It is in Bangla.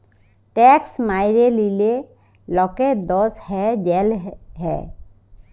ট্যাক্স ম্যাইরে লিলে লকের দস হ্যয় জ্যাল হ্যয়